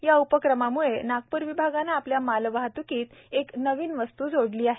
या उपक्रमाम्ळे नागपूर विभागनेआपल्या मालवाहत्कीत एक नवीन वस्त् जोडली आहे